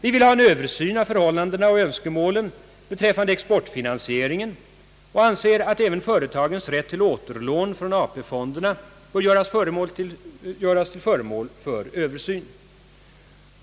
Vi vill ha en översyn av förhållandena och önskemålen beträffande exportfinansieringen och anser att även företagens rätt till återlån från AP-fonderna bör göras till föremål för översyn.